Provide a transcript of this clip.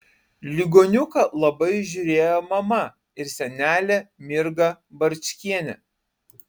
ligoniuką labai žiūrėjo mama ir senelė mirga barčkienė